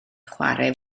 chwarae